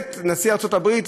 נשיא ארצות הברית.